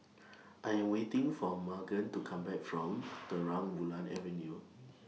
I Am waiting For Magen to Come Back from Terang Bulan Avenue